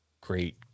great